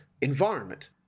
environment